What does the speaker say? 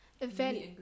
event